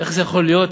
איך זה יכול להיות,